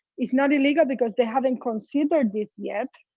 it's not illegal because they haven't considered this yet,